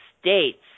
states